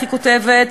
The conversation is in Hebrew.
היא כותבת,